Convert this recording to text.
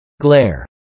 Glare